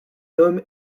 homme